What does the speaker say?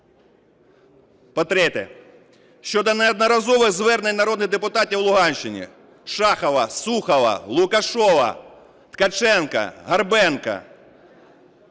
По-третє, щодо неодноразових звернень народних депутатів Луганщини Шахова, Сухова, Лукашева, Ткаченка, Горбенка